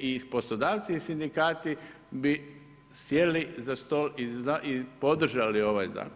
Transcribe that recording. i poslodavci i sindikati bi sjedili za stol i podržali ovaj zakon.